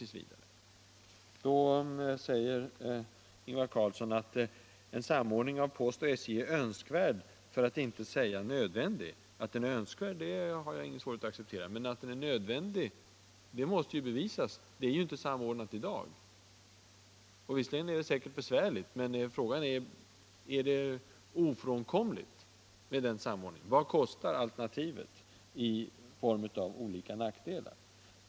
Ingvar Carlsson säger att en samordning av postens och SJ:s terminaler är önskvärd, för att inte säga nödvändig. Jag har ingen svårighet att acceptera att den är önskvärd, men att den är nödvändig — det måste bevisas. Verksamheterna är ju inte samordnade i dag. Visserligen är det säkert besvärligt att ha dessa funktioner på olika håll, men är en samordning ofrånkomlig? Vad kostar alternativet i form av olika nackdelar?